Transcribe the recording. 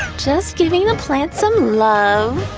just giving the plants some love.